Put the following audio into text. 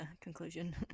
conclusion